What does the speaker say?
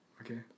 Okay